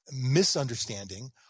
misunderstanding